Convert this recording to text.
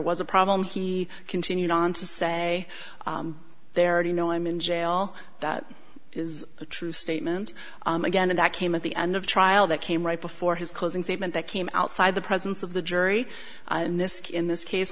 was a problem he continued on to say they're ready no i'm in jail that is a true statement again and that came at the end of trial that came right before his closing statement that came outside the presence of the jury in this